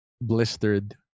blistered